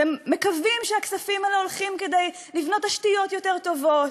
ומקווים שהכספים האלה הולכים כדי לבנות תשתיות יותר טובות,